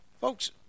Folks